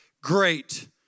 Great